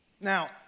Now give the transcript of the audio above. Now